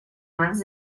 mans